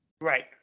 Right